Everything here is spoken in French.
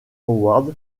howard